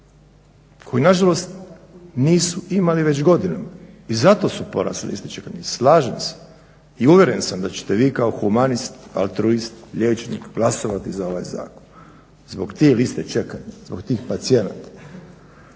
koju nažalost nisu imali već godinama i zato su porasle liste čekanja. Slažem se i uvjeren sam da ćete vi kao humanist, altruist, liječnik glasovati za ovaj zakon, zbog tih lista čekanja, zbog tih pacijenata.